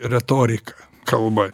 retorika kalba